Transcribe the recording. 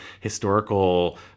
historical